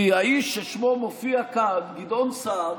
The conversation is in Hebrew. כי האיש ששמו מופיע כאן, גדעון סער,